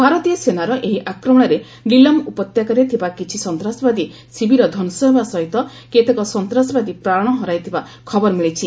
ଭାରତୀୟ ସେନାର ଏହି ଆକ୍ରମଣରେ ନିଲ୍ମ୍ ଉପତ୍ୟକାରେ ଥିବା କିଛି ସନ୍ତାସବାଦୀ ଶିବିର ଧ୍ୱଂସ ହେବା ସହିତ କେତେକ ସନ୍ତାସବାଦୀ ପ୍ରାଣ ହରାଇଥିବା ଖବର ମିଳିଛି